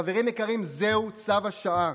חברים יקרים, זהו צו השעה.